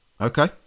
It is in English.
okay